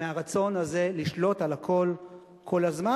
מהרצון הזה לשלוט על הכול כל הזמן,